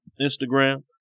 Instagram